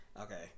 Okay